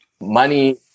money